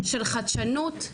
של חדשנות,